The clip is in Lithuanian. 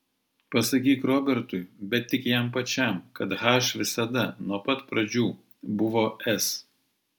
pasakyk robertui bet tik jam pačiam kad h visada nuo pat pradžių buvo s